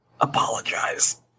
apologize